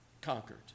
conquered